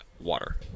water